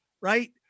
right